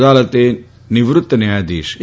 અદાલતે નિવૃત્ત ન્યાયાધીશ એ